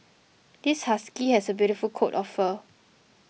this husky has a beautiful coat of fur